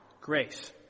grace